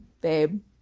babe